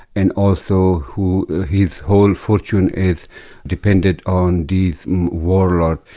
and also who his whole fortune is dependent on these warlords.